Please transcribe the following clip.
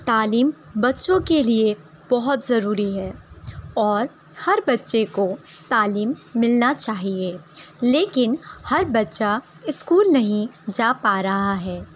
تعلیم بچوں کے لیے بہت ضروری ہے اور ہر بچے کو تعلیم ملنا چاہیے لیکن ہر بچہ اسکول نہیں جا پا رہا ہے